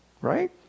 Right